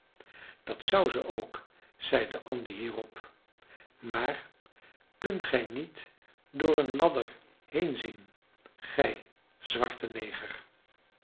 dat zou ze ook zeide andy hierop maar kunt gij niet door eene ladder heen zien gij zwarte neger